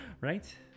right